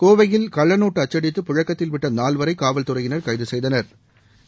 கோவையில் கள்ளநோட்டு அச்சடித்து பழக்கத்தில் விட்ட நூல்வரை காவல்துறையினா் கைது செய்தனா்